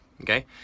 Okay